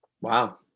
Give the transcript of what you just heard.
Wow